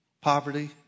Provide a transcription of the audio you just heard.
poverty